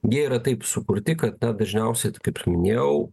jie yra taip sukurti kad na dažniausiai kaip ir minėjau